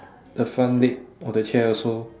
the front leg of the chair also